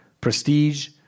prestige